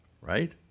right